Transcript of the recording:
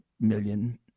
million